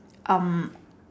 um